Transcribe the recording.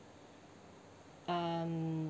um